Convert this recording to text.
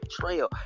trail